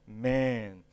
man